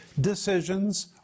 Decisions